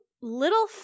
little